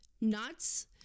nuts